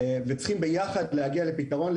וצריכים ביחד להגיע לפתרון.